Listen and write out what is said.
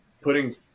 putting